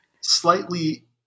slightly